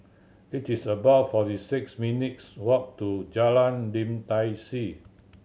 it is about forty six minutes' walk to Jalan Lim Tai See